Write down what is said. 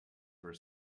were